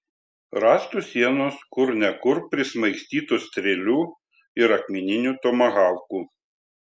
rąstų sienos kur ne kur prismaigstytos strėlių ir akmeninių tomahaukų